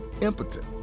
impotent